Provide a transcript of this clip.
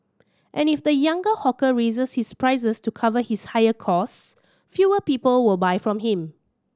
and if the younger hawker raises his prices to cover his higher costs fewer people will buy from him